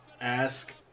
ask